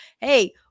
Hey